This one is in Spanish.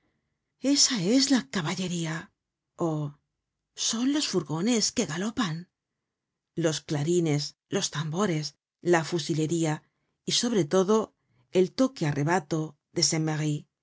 esa es la caballería ó son los furgones que galopan los clarines los tambores la fusilería y sobre todo el toque á rebato de